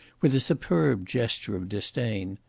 with a superb gesture of disdain.